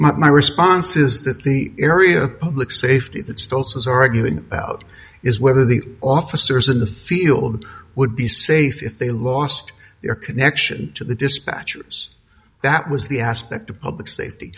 my response is that the area public safety that still says oregon out is whether the officers in the field would be safe if they lost their connection to the dispatchers that was the aspect of public safety